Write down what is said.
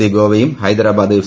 C ഗോവയും Hyderabad F